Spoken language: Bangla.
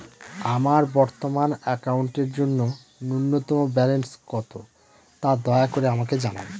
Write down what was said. আমার বর্তমান অ্যাকাউন্টের জন্য ন্যূনতম ব্যালেন্স কত, তা দয়া করে আমাকে জানান